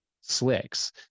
slicks